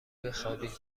بخابیم